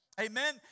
Amen